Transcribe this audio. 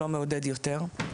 לא מעודד יותר.